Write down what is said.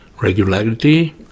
regularity